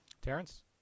Terrence